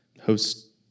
host